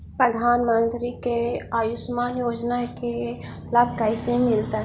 प्रधानमंत्री के आयुषमान योजना के लाभ कैसे मिलतै?